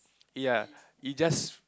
ya it just